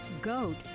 goat